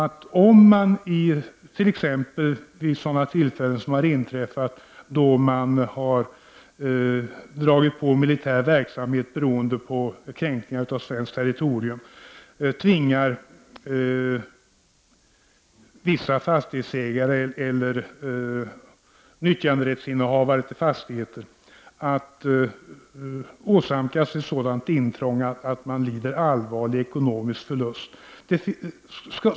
Ta t.ex. ett sådant fall, som har inträffat, att man har dragit på militär verksamhet beroende på kränkningar av svenskt territorium och därigenom gjort ett sådant intrång i fastighetsägare eller nyttjanderättshavares rätt att de lidit allvarlig ekonomisk skada.